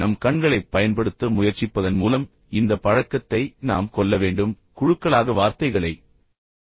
நம் கண்களைப் பயன்படுத்த முயற்சிப்பதன் மூலம் இந்த பழக்கத்தை நாம் கொல்ல வேண்டும் குழுக்களாக வார்த்தைகளை ஈர்க்க வேண்டும்